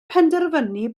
penderfynu